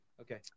Okay